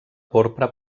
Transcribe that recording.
porpra